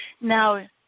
now